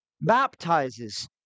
baptizes